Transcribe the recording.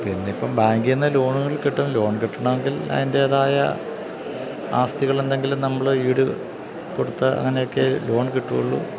പിന്നെയിപ്പം ബാങ്കില് നിന്ന് ലോണുകള് കിട്ടും ലോൺ കിട്ടണമെങ്കിൽ അതിൻ്റേതായ ആസ്തികൾ എന്തെങ്കിലും നമ്മള് ഈട് കൊടുത്ത് അങ്ങനെയൊക്കെയെ ലോൺ കിട്ടുകയുള്ളൂ